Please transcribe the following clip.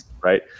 Right